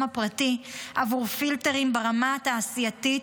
הפרטי עבור פילטרים ברמה התעשייתית,